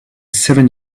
seven